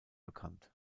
bekannt